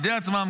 בידי עצמם,